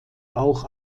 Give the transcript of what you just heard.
auch